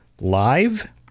live